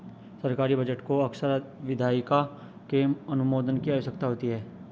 सरकारी बजट को अक्सर विधायिका के अनुमोदन की आवश्यकता होती है